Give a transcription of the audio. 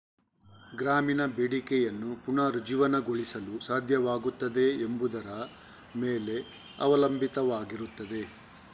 ಗ್ರಾಮೀಣ ಬೇಡಿಕೆಯನ್ನು ಪುನರುಜ್ಜೀವನಗೊಳಿಸಲು ಸಾಧ್ಯವಾಗುತ್ತದೆಯೇ ಎಂಬುದರ ಮೇಲೆ ಅವಲಂಬಿತವಾಗಿರುತ್ತದೆ